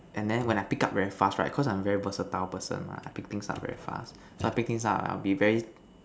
and then when I pick up very fast right cause I'm a very versatile person ah pick things up very fast so I pick things out I will be very